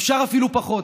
אפשר אפילו פחות,